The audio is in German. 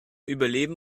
überleben